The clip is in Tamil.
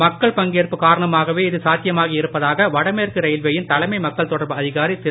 மக்கள் பங்கேற்பு காரணமாகவே இது சாத்தியமாகி இருப்பதாக வடமேற்கு ரயில்வேயின் தலைமை மக்கள் தொடர்பு அதிகாரி திரு